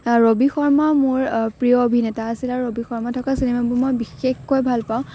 ৰবি শৰ্মা মোৰ প্ৰিয় অভিনেতা আছিলে আৰু ৰবি শৰ্মা থকা চিনেমাবোৰ মই বিশেষকৈ ভাল পাওঁ